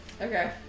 Okay